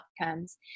outcomes